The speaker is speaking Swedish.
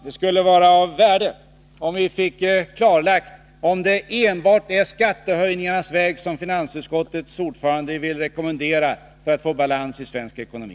Det skulle vara av värde om vi fick klarlagt om det enbart är skattehöjningarnas väg som finansutskottets ordförande vill rekommendera när det gäller att få balans i svensk ekonomi.